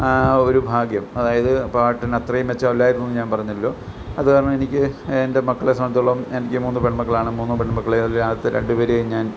ആ ഒരു ഭാഗ്യം അതായത് പാട്ടിന് അത്രയും മെച്ചമല്ലായിരുന്നുന്ന് ഞാൻ പറഞ്ഞല്ലോ അതുകാരണം എനിക്ക് എൻ്റെ മക്കളെ സംബന്ധിച്ചിടത്തോളം എനിക്ക് മൂന്ന് പെൺമക്കളാണ് മൂന്ന് പെൺമക്കളിൽ ആദ്യത്തെ രണ്ടുപേരെയും ഞാൻ